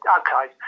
okay